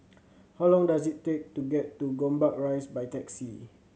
how long does it take to get to Gombak Rise by taxi